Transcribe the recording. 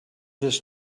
this